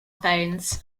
phones